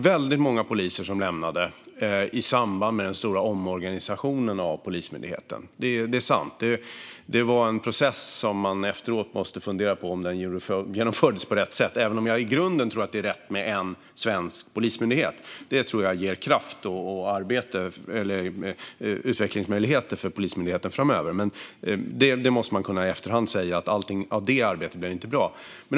Väldigt många poliser lämnade yrket i samband med den stora omorganisationen av Polismyndigheten. Det är sant. Det var en process som man efteråt måste fundera på om den genomfördes på rätt sätt, även om jag i grunden tror att det är rätt med en svensk polismyndighet. Det tror jag ger kraft och utvecklingsmöjligheter för Polismyndigheten framöver. Men i efterhand måste man kunna säga att inte allt i det arbetet blev bra.